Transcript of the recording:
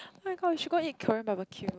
[oh]-my-god we should go and eat Korean barbeque